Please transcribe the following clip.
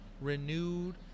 renewed